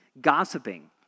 gossiping